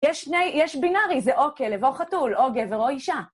יש בינארי, זה או כלב או חתול, או גבר או אישה.